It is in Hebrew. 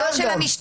לא של המשטרה,